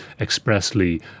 expressly